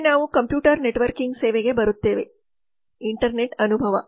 ಮುಂದೆ ನಾವು computer networking ಸೇವೆಗೆ ಬರುತ್ತೇವೆ ಇಂಟರ್ನೆಟ್ ಅನುಭವ